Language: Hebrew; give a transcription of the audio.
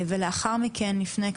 לאחר מכן נפנה,